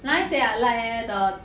nice eh like eh the